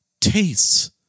tastes